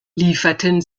lieferten